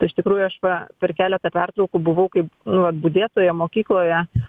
iš tikrųjų aš va per keletą pertraukų buvau kaip nu vat budėtoja mokykloje